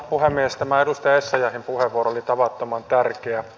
tämä edustaja essayahin puheenvuoro oli tavattoman tärkeä